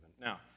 Now